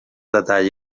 detall